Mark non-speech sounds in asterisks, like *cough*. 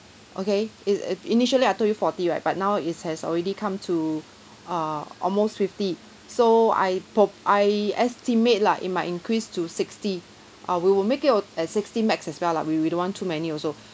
okay is i~ initially I told you forty right but now it's has already come to err almost fifty so I prop~ I estimate lah it might increase to sixty uh we will make it o~ at sixty max as well lah we we don't want too many also *breath*